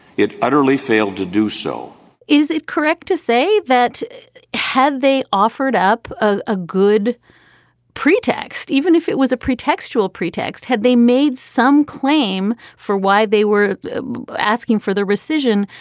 it utterly failed to do so is it correct to say that had they offered up ah a good pretext, even if it was a pretextual pretext, had they made some claim for why they were asking for the rescission,